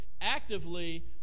actively